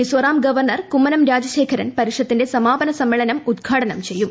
Mizoram governor Kummanam Rajasekharan പരിഷത്തിന്റെ സമാപന സമ്മേളനം ഉദ്ഘാടനം ചെയ്യും